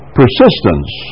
persistence